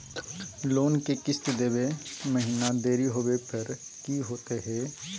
Loan के किस्त देवे महिना देरी होवे पर की होतही हे?